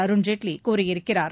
அருண்ஜேட்வி கூறியிருக்கிறார்